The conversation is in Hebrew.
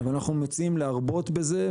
אז אנחנו מציעים להרבות בזה,